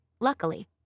Luckily